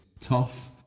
tough